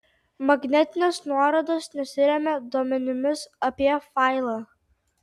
magnetinės nuorodos nesiremia duomenimis apie failą